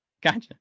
Gotcha